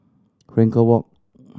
Frankel Walk